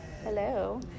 Hello